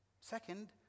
Second